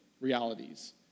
realities